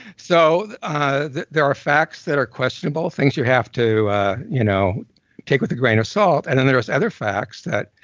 so ah there are facts that are questionable, things you have to you know take with a grain of salt, and then there is other facts that.